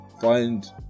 find